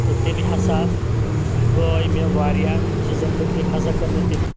تہٕ تٔمۍ ہسا بٲے مےٚ واریاہن چیٖزن مُتعلق ہسا کٔر مےٚ تٔمۍ